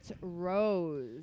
Rose